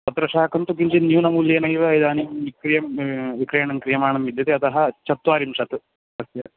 पत्रशाकं तु किञ्चित् न्यूनमूल्येनैव इदानीं विक्रियं विक्रयणं क्रियमाणं विद्यते अतः चत्वारिंशत् तस्य